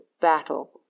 battle